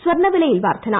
സ്വർണവിലയിൽ വർദ്ധന